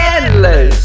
endless